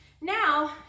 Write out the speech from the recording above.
Now